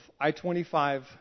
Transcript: I-25